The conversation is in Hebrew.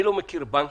אני לא מכיר בנק,